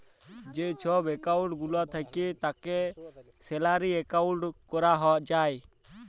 যে ছব একাউল্ট গুলা থ্যাকে তাকে স্যালারি একাউল্ট ক্যরা যায়